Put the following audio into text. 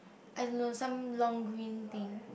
I don't know some long green thing